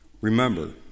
Remember